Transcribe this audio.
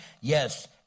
Yes